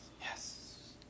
Yes